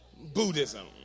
Buddhism